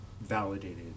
validated